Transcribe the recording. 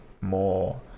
more